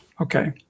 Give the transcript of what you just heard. Okay